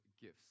gifts